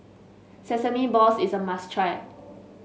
Sesame Balls is a must try